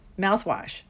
Mouthwash